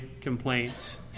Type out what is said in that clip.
complaints